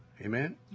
Amen